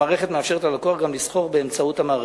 המערכת מאפשרת ללקוח גם לסחור באמצעות המערכת.